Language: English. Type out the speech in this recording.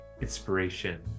inspiration